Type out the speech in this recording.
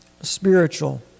spiritual